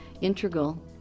integral